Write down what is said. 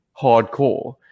hardcore